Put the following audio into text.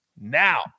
Now